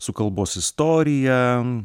su kalbos istorija